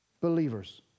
believers